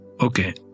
okay